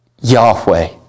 Yahweh